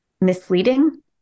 misleading